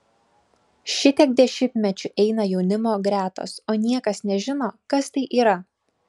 šitiek dešimtmečių eina jaunimo gretos o niekas nežino kas tai yra